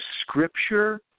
scripture